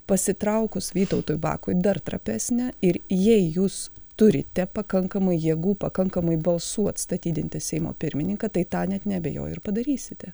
pasitraukus vytautui bakui dar trapesnė ir jei jūs turite pakankamai jėgų pakankamai balsų atstatydinti seimo pirmininką tai tą net neabejoju ir padarysite